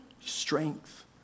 strength